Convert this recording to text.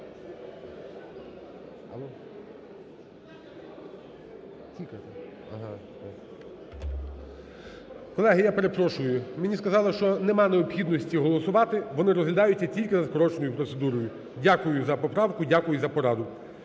Колеги, я перепрошую, мені сказали, що немає необхідності голосувати, вони розглядаються тільки за скороченою процедурою. Дякую за поправку. Дякую за пораду.